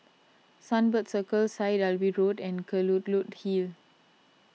Sunbird Circle Syed Alwi Road and Kelulut Hill